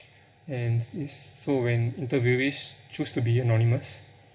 and this so when interviewees choose to be anonymous